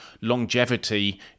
longevity